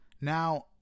now